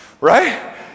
right